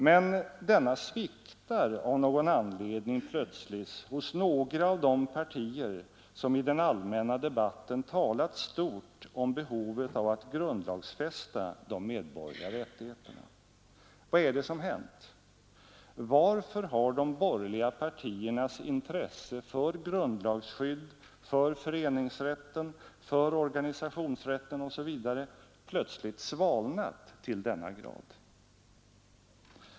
Men denna sviktar av någon anledning plötsligt hos några av de partier som i den allmänna debatten talat stort om behovet av att grundlagsfästa de medborgerliga rättigheterna. Vad är det som hänt? Varför har de borgerliga partiernas intresse för grundlagsskydd för föreningsrätten, för organisationsrätten osv. plötsligt svalnat till denna grad?